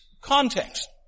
context